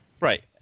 Right